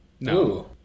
no